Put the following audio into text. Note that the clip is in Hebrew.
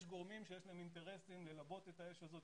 יש גורמים שיש להם אינטרסים ללבות את האש הזאת,